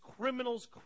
criminal's